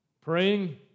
praying